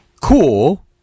cool